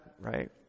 Right